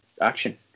action